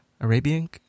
Arabian